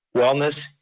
wellness,